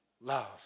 love